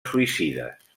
suïcides